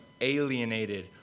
alienated